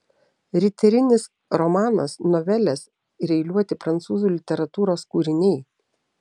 riterinis romanas novelės ir eiliuoti prancūzų literatūros kūriniai